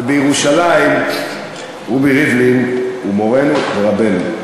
ובירושלים רובי ריבלין הוא מורנו ורבנו.